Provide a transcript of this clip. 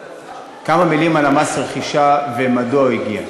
כמה מילים על מס הרכישה ומדוע הוא הגיע.